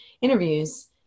interviews